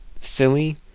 silly